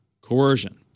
coercion